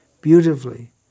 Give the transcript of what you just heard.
beautifully